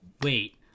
wait